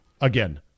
Again